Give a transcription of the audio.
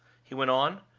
he went on.